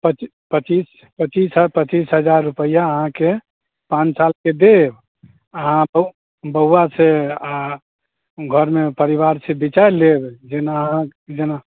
पची पचीस पच्चीस हजार पच्चीस हजार रुपैआ अहाँकेँ पान सालके देब अहाँ बौआ से आ घरमे परिवार से बिचार लेब जेना अहाँकेँ जेना